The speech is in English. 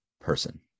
person